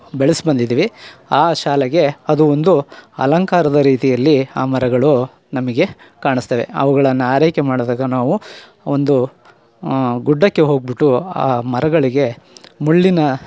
ಬೆಳೆಸಿ ಬಂದಿದೀವಿ ಆ ಶಾಲೆಗೆ ಅದು ಒಂದು ಅಲಂಕಾರದ ರೀತಿಯಲ್ಲಿ ಆ ಮರಗಳು ನಮಗೆ ಕಾಣಿಸ್ತವೆ ಅವುಗಳನ್ನ ಆರೈಕೆ ಮಾಡಿದಾಗ ನಾವು ಒಂದು ಗುಡ್ಡಕ್ಕೆ ಹೋಗಿಬಿಟ್ಟು ಆ ಮರಗಳಿಗೆ ಮುಳ್ಳಿನ